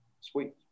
Sweet